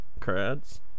crads